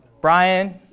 Brian